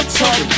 talk